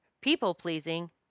people-pleasing